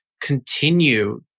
continue